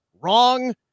wrong